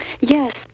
Yes